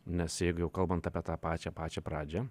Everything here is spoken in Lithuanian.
nes jeigu jau kalbant apie tą pačią pačią pradžią